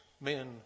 men